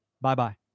Bye-bye